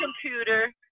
computer